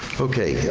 okay.